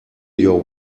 your